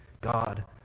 God